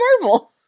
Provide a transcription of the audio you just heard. Marvel